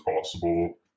possible